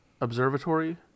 Observatory